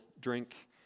drink